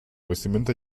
vestimenta